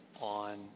on